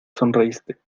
sonreíste